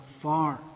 far